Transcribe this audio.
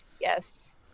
Yes